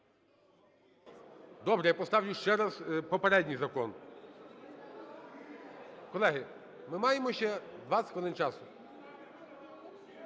Добре, я поставлю ще раз попередній закон. Колеги, ми маємо ще 20 хвилин часу.